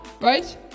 right